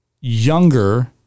younger